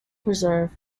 preserve